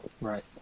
Right